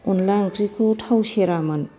अनला ओंख्रिखौ थाव सेरामोन